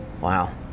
Wow